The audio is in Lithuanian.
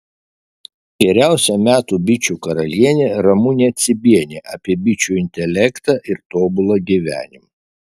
geriausia metų bičių karalienė ramunė cibienė apie bičių intelektą ir tobulą gyvenimą